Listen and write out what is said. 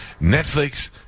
Netflix